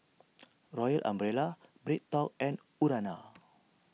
Royal Umbrella BreadTalk and Urana